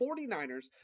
49ers